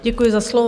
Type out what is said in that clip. Děkuji za slovo.